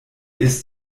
ist